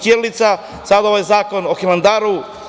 Ćirilica, sada ovaj zakon o Hilandaru.